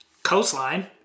Coastline